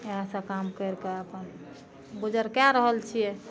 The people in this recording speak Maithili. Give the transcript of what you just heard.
इहए सब काम करि कऽ अपन गुजर कऽ रहल छियै